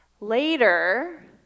Later